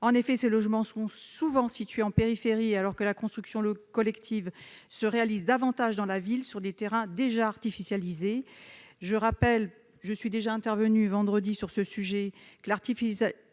En effet, de tels logements sont souvent situés en périphérie alors que la construction collective est davantage réalisée en ville, sur des terrains déjà artificialisés. Je rappelle- je suis déjà intervenue vendredi sur ce sujet -que l'artificialisation